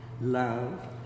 love